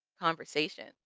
conversation